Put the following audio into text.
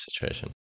situation